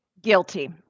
Guilty